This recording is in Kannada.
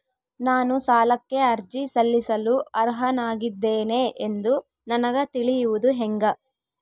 ನಾನು ಸಾಲಕ್ಕೆ ಅರ್ಜಿ ಸಲ್ಲಿಸಲು ಅರ್ಹನಾಗಿದ್ದೇನೆ ಎಂದು ನನಗ ತಿಳಿಯುವುದು ಹೆಂಗ?